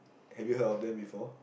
have you heard of them before